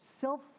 self